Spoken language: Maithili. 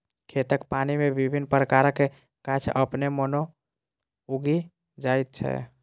खेतक पानि मे विभिन्न प्रकारक गाछ अपने मोने उगि जाइत छै